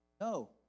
no